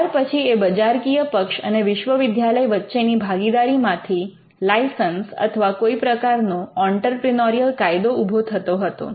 ત્યાર પછી એ બજારકીય પક્ષ અને વિશ્વવિદ્યાલય વચ્ચેની ભાગીદારીમાંથી લાઇસન્સ અથવા કોઈ પ્રકારનો ઑંટરપ્રિનોરિયલ કાયદો ઊભો થતો હતો